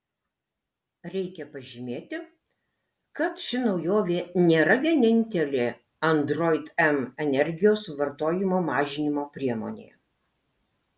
reikia pažymėti kad ši naujovė nėra vienintelė android m energijos suvartojimo mažinimo priemonė